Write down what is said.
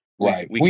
Right